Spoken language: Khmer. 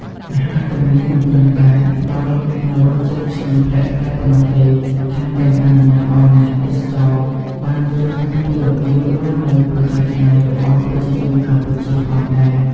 អាហារទាំងនេះមិនត្រឹមតែផ្តល់នូវរសជាតិឆ្ងាញ់ប្លែកៗប៉ុណ្ណោះទេ ថែមទាំងអនុញ្ញាតឱ្យអ្នកទេសចរបានយល់ដឹងពីរបៀបរស់នៅប្រចាំថ្ងៃរបស់ប្រជាជនកម្ពុជាផងដែរ។